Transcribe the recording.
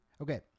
Okay